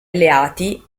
alleati